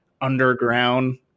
underground